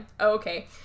okay